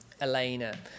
Elena